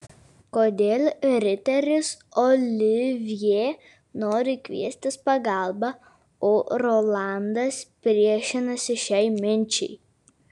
kodėl riteris olivjė nori kviestis pagalbą o rolandas priešinasi šiai minčiai